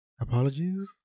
apologies